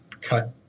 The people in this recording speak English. cut